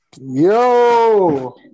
Yo